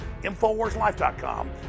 InfoWarsLife.com